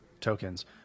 tokens